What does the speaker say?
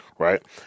Right